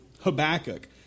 Habakkuk